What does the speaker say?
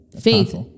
faith